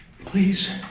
please